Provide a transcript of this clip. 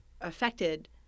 affected